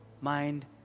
mind